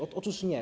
Otóż nie.